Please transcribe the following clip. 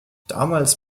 damals